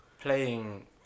Playing